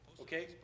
Okay